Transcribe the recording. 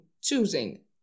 choosing